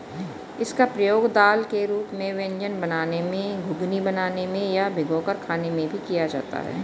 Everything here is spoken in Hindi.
इसका प्रयोग दाल के रूप में व्यंजन बनाने में, घुघनी बनाने में या भिगोकर खाने में भी किया जाता है